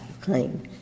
claim